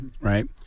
right